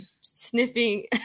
sniffing